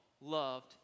loved